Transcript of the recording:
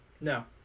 No